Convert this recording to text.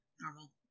normal